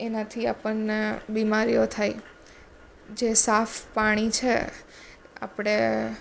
એનાથી આપણને બીમારીઓ થાય જે સાફ પાણી છે આપણે